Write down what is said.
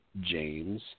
James